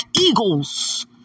eagles